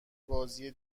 بازی